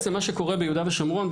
מה שקורה ביהודה ושומרון,